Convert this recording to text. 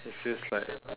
it feels like